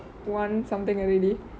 one something already